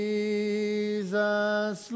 Jesus